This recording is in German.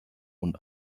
und